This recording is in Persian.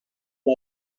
بدن